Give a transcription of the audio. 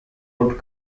road